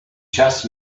just